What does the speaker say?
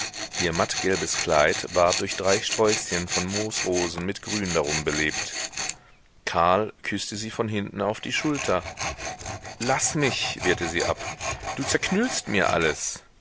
ihr mattgelbes kleid ward durch drei sträußchen von moosrosen mit grün darum belebt karl küßte sie von hinten auf die schulter laß mich wehrte sie ab du zerknüllst mir alles